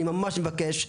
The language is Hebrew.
אני ממש מבקש.